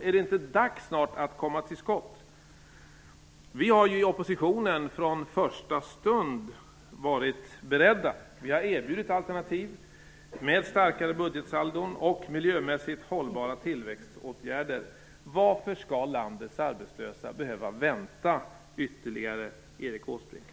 Är det inte snart dags att komma till skott? Vi i oppositionen har från första stund varit beredda. Vi har erbjudit alternativ med starkare budgetsaldon och miljömässigt hållbara tillväxtåtgärder. Varför skall landets arbetslösa behöva vänta ytterligare, Erik Åsbrink?